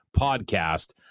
podcast